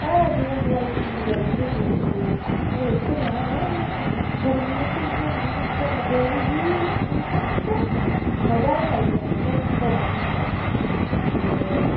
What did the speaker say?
पर जून जुलाई च इन्नी गरमी होंदी उत्थै थल्लै अगर उत्थें जाने होऐ ते गरमी च इयां इन्नी धुन्ध पेदी ही इन्नी ठंड मज़ा गै आई गेआ मतलब बड़ा शैल हा ते